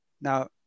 Now